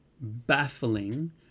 baffling